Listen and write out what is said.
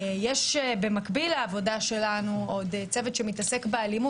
במקביל לעבודה שלנו יש צוות שמתעסק באלימות